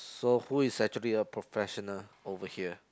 so who is actually a professional over here